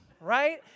Right